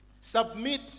submit